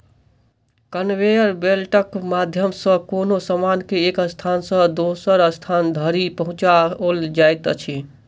conveyor बेल्टक माध्यम सॅ कोनो सामान के एक स्थान सॅ दोसर स्थान धरि पहुँचाओल जाइत अछि